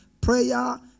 prayer